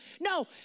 No